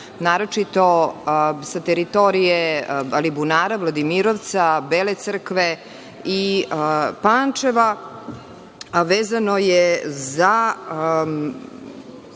naročito sa teritorije Alibunara, Vladimirovca, Bele Crkve i Pančeva. Vezano je za